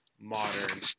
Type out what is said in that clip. modern